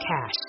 Cash